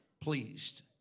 pleased